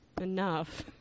enough